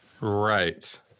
Right